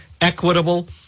equitable